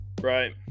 Right